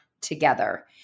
together